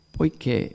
poiché